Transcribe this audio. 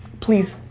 please,